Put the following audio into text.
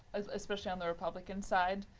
ah especially on the republican side,